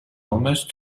almost